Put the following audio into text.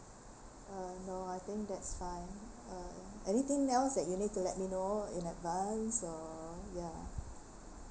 uh no I think that's fine uh anything else that you need to let me know in advance or ya